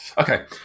Okay